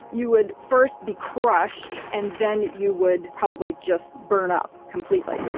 you would first be crushed and then you would probably just burn up completely